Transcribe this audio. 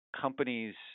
companies